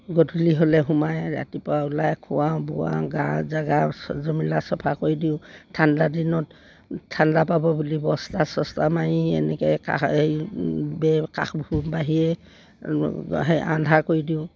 গধূলি হ'লে সোমায় ৰাতিপুৱা ওলায় খোৱাওঁ বোৱাওঁ গা জেগা জমিলা চফা কৰি দিওঁ ঠাণ্ডাদিনত ঠাণ্ডা পাব বুলি বস্তা চস্তা মাৰি এনেকৈ কাষ এই বেৰ কাষবোৰ বাহিৰ সেই আন্ধাৰ কৰি দিওঁ